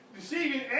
deceiving